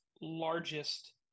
largest